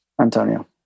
Antonio